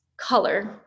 color